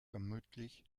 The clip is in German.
vermutlich